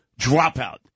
dropout